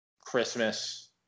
Christmas